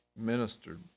Ministered